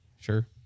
Sure